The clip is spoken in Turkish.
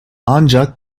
ancak